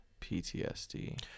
PTSD